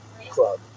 club